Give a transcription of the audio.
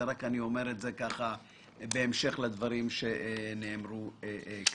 אני אומר את זה בהמשך לדברים שנאמרו כאן.